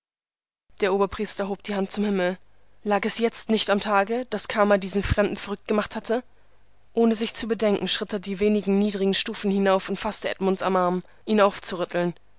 der oberpriester hob die hand zum himmel lag es jetzt nicht am tage daß kama diesen fremden verrückt gemacht hatte ohne sich zu bedenken schritt er die wenigen niedrigen stufen hinauf und erfaßte edmund am arm um ihn aufzurütteln